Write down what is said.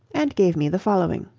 and gave me the following